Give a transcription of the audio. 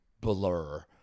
blur